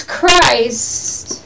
Christ